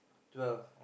twelve